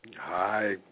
Hi